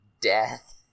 death